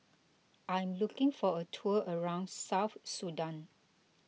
I'm looking for a tour around South Sudan